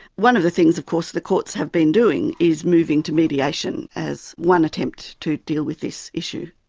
one of the things of course the courts have been doing is moving to mediation as one attempt to deal with this issue.